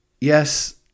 Yes